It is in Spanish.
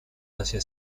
hacia